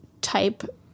type